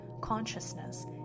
consciousness